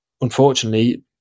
unfortunately